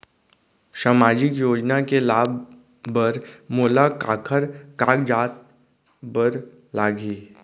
सामाजिक योजना के लाभ बर मोला काखर कागजात बर लागही?